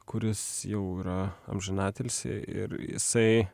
kuris jau yra amžinatilsį ir jisai